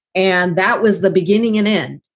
and that was the beginning and end.